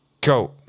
go